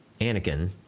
Anakin